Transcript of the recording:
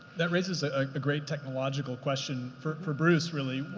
that raises ah like the great technological question for for bruce, really,